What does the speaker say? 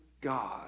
God